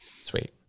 Sweet